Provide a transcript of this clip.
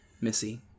Missy